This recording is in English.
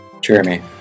Jeremy